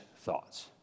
thoughts